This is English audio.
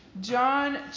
John